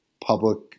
Public